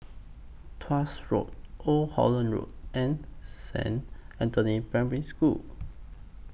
Tuas Road Old Holland Road and Saint Anthony's Primary School